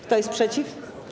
Kto jest przeciw?